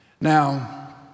Now